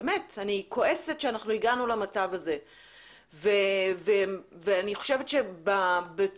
באמת אני כועסת שהגענו למצב הזה ואני חושבת שבצוק